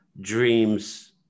dreams